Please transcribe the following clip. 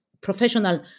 professional